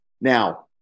Now